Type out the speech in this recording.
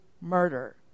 murder